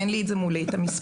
אין לי מולי את המספרים.